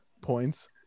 points